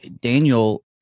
Daniel